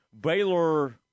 Baylor